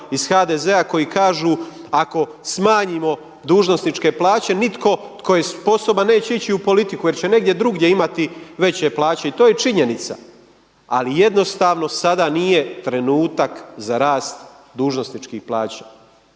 iz HDZ koji kažu ako smanjimo dužnosničke plaće nitko tko je sposoban neće ići u politiku jer će negdje drugdje imati veće plaće. I to je činjenica. Ali jednostavno sada nije trenutak za rast dužnosničkih plaća.